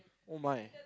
oh my